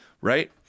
Right